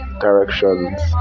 directions